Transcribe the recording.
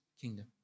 kingdom